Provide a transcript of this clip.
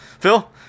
phil